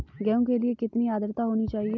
गेहूँ के लिए कितनी आद्रता होनी चाहिए?